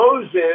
Moses